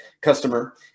customer